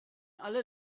alle